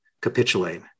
capitulate